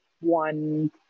one